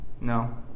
no